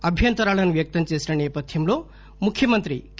అభ్యంతరాలను వ్యక్తం చేసిన నేపధ్యంలో ముఖ్యమంత్రి కే